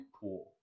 pool